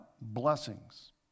blessings